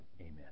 Amen